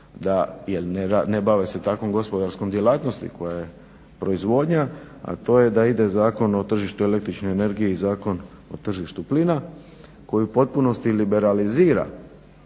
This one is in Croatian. jel ne bave se takvom gospodarskom djelatnosti koja je proizvodnja, a to je da ide Zakon o tržištu el.energije i Zakon o tržištu plina koji u potpunosti liberalizira